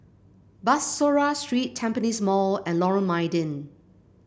Bussorah Street Tampines Mall and Lorong Mydin